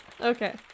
Okay